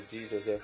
Jesus